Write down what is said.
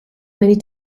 many